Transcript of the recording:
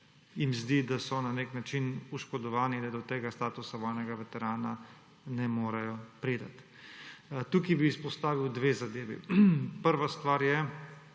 jim zdi, da so na nek način oškodovani, da do tega statusa vojnega veterana ne morejo priti. Tukaj bi izpostavil dve zadevi. Prva stvar je,